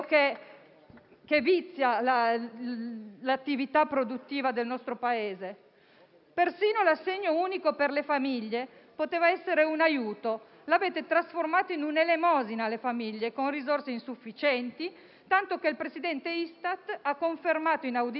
che vizia l'attività produttiva del nostro Paese? Persino l'assegno unico per le famiglie poteva essere un aiuto: l'avete trasformato in un'elemosina alle famiglie, con risorse insufficienti tanto che il Presidente dell'Istat ha confermato in audizione